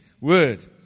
Word